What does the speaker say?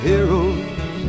Heroes